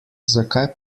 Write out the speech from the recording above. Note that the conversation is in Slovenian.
zakaj